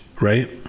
right